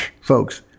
folks